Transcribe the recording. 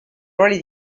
ruoli